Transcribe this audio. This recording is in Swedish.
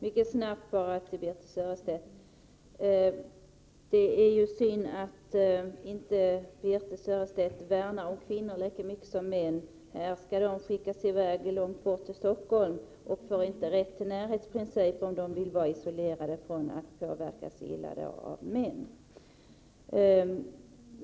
Herr talman! Det är ju synd att Birthe Sörestedt inte värnar om kvinnor lika mycket som om män — här skall de skickas i väg, långt bort till Stockholm, och får inte rätt till närhet, om de vill slippa påverkas illa av män.